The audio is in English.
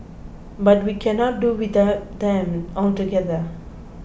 but we cannot do without them altogether